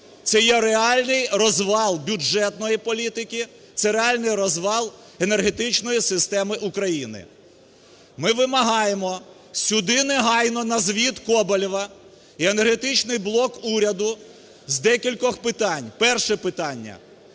це є реальний розвал бюджетної політики, це реальний розвал енергетичної системи України. Ми вимагаємо сюди негайно на звіт Коболєва і енергетичний блок уряду з декількох питань. Перше питання –